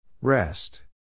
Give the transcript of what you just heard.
Rest